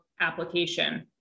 application